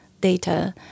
data